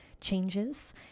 changes